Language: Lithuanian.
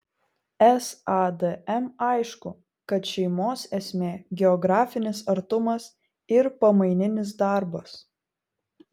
sadm aišku kad šeimos esmė geografinis artumas ir pamaininis darbas